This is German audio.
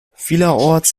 vielerorts